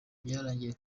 byarangiye